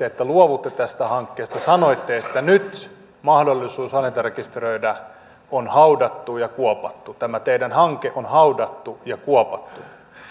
että luovutte tästä hankkeesta ja sanoitte että nyt mahdollisuus hallintarekisteröidä on haudattu ja kuopattu tämä teidän hankkeenne on haudattu ja kuopattu